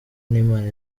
n’imana